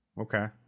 Okay